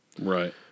Right